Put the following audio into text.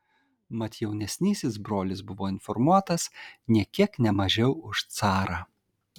mat jaunesnysis brolis buvo informuotas nė kiek ne mažiau už carą